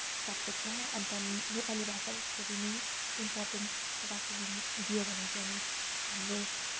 सब्जेक्टमा अन्त नेपाली भाषा पनि त्यसरी नै इम्पोर्टेन्स राखिदिनु दियो भने चाहिँ अनि हाम्रो